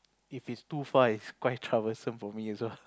if it's too far it's quite troublesome for me as well